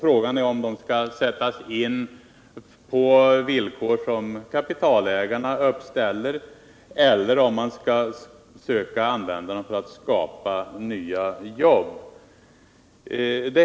Frågan är om de skall sättas in på villkor som kapitalägarna uppställer eller om man skall söka använda dem för att skapa nya jobb.